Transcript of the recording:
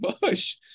Bush